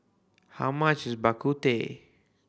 how much is Bak Kut Teh